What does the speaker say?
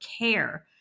care